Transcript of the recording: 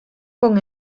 con